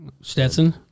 Stetson